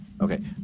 Okay